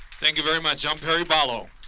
thank you very much. i'm perry barlow.